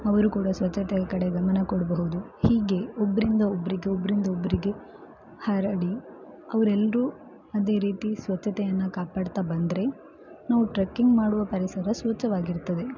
ಅವರು ಕೂಡ ಸ್ವಚ್ಛತೆ ಕಡೆ ಗಮನ ಕೊಡಬಹುದು ಹೀಗೆ ಒಬ್ಬರಿಂದ ಒಬ್ಬರಿಗೆ ಒಬ್ಬರಿಂದ ಒಬ್ಬರಿಗೆ ಹರಡಿ ಅವರೆಲ್ಲರೂ ಅದೇ ರೀತಿ ಸ್ವಚ್ಛತೆಯನ್ನು ಕಾಪಾಡ್ತಾ ಬಂದರೆ ನಾವು ಟ್ರೆಕಿಂಗ್ ಮಾಡುವ ಪರಿಸರ ಸ್ವಚ್ಛವಾಗಿರ್ತದೆ